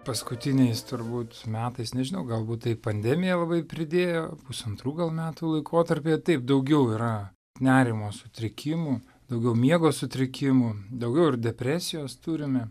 paskutiniais turbūt metais nežinau galbūt tai pandemija labai pridėjo pusantrų metų laikotarpyje taip daugiau yra nerimo sutrikimų daugiau miego sutrikimų daugiau ir depresijos turime